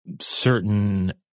certain